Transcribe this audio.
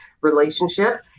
relationship